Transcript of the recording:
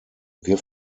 wir